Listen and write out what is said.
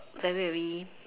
very very